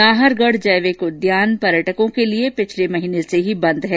नाहरगढ जैविक उद्यान पर्यटकों के लिए पिछले महीने से ही बंद है